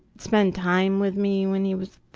spend time with me when he was